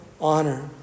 honor